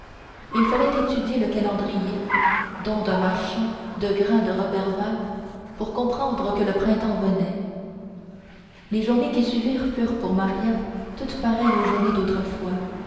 il fallait étudier le calendrier don d'un marchand de grain de roberval pour comprendre que le printemps venait les journées qui suivirent furent pour maria toutes pareilles aux journées d'autrefois